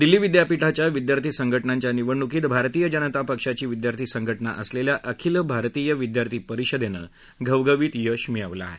दिल्ली विद्यापीठाच्या विद्यार्थी संघटनांच्या निवडणूकीत भारतीय जनता पक्षाची विद्यार्थी संघटना असलेल्या अखिल भारतीय विद्यार्थी परिषदेनं घवघवीत यश मिळवलं आहे